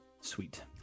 Sweet